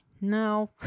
No